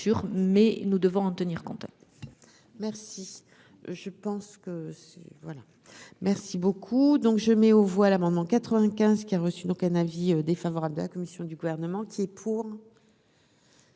mais nous devons en tenir compte. Merci, je pense que c'est voilà. Merci beaucoup, donc je mets aux voix l'amendement 95 qui a reçu, donc un avis défavorable de la commission du gouvernement qui est pour.